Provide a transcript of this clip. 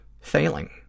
Failing